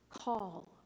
call